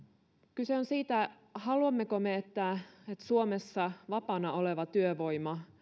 kyse on siitä haluammeko me että suomessa vapaana oleva työvoima